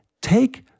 take